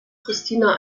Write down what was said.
christina